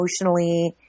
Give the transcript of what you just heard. emotionally